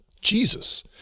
Jesus